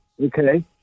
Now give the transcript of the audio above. okay